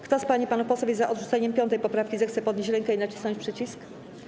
Kto z pań i panów posłów jest za odrzuceniem 5. poprawki, zechce podnieść rękę i nacisnąć przycisk.